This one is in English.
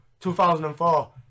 2004